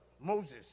Moses